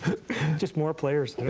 just more players yeah